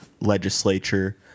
legislature